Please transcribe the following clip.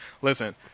Listen